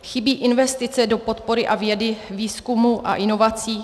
Chybí investice do podpory vědy, výzkumu a inovací.